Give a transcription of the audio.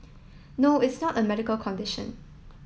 no it's not a medical condition